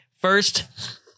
First